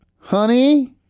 honey